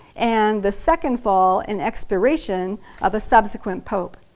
and the second fall and expiration of a subsequent pope.